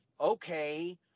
okay